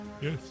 Yes